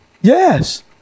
Yes